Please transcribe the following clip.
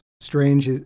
Strange